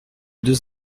deux